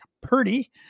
Purdy